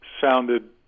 sounded